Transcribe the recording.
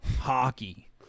Hockey